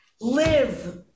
Live